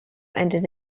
ended